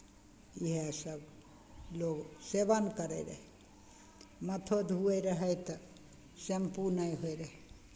इएहसभ लोग सेवन करैत रहय माथो धुअइत रहय रहए तऽ शैम्पू नहि होइत रहय